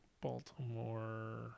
Baltimore